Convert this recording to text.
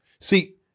See